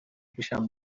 پیشم